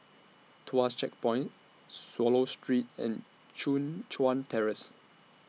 Tuas Checkpoint Swallow Street and Chun Chuan Terrace